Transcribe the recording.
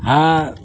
हाँ